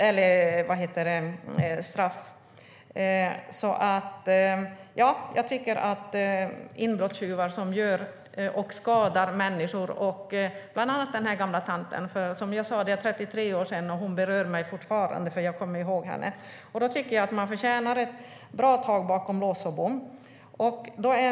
Inbrottstjuvar som skadar människor förtjänar ett bra tag bakom lås och bom. Jag tänker bland annat på den gamla tant som jag har talat om och som fortfarande berör mig efter 33 år.